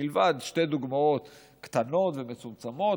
מלבד שתי דוגמאות קטנות ומצומצמות,